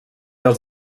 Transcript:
els